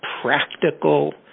practical